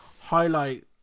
highlight